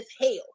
hell